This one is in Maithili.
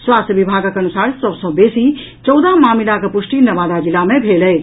स्वास्थ्य विभागक अनुसार सभ सँ बेसी चौदह मामिलाक पुष्टि नवादा जिला मे भेल अछि